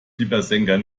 fiebersenker